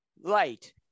light